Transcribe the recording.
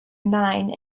nine